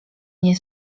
nie